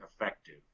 effective